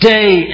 Day